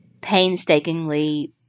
painstakingly